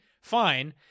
fine